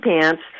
pants